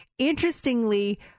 Interestingly